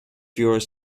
yours